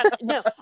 No